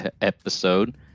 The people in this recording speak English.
episode